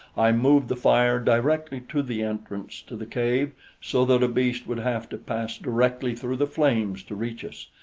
i moved the fire directly to the entrance to the cave so that a beast would have to pass directly through the flames to reach us,